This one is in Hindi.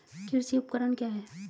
कृषि उपकरण क्या है?